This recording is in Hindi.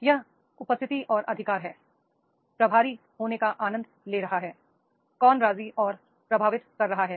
यह उपस्थिति और अधिकार है प्रभारी होने का आनंद ले रहा है कौन राजी और प्रभावित कर रहा है